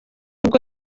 ubwo